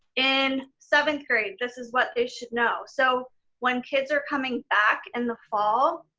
in seventh grade, this is what they should know. so when kids are coming back in the fall,